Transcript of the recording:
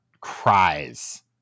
cries